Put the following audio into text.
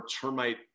termite